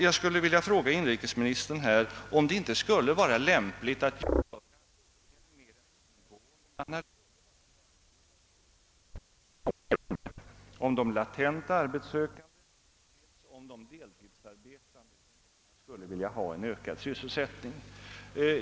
Jag skulle vilja fråga inrikesministern, om det inte skulle vara lämpligt att göra en mera ingående analys av dessa uppgifter, dels om de latenta arbetssökande, dels om de deltidsarbetande som gärna skulle vilja ha en ökad sysselsättning.